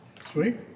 Sweet